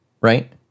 right